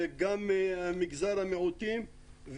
גם מגזר המיעוטים,